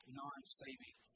non-saving